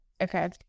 Okay